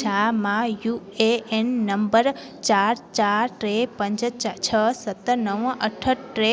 छा मां U A N number चारि चारि टे पंज छह सत नव अठ टे